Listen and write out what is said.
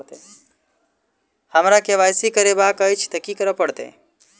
हमरा केँ Y C करेवाक अछि तऽ की करऽ पड़तै?